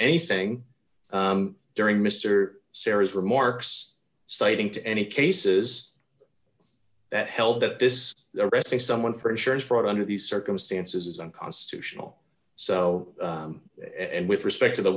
anything during mr serious remarks citing to any cases that held that this arrest a someone for insurance fraud under these circumstances is unconstitutional so and with respect to the